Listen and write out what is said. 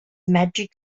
magic